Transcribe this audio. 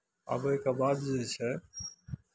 अबयके बाद जे छै